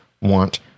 want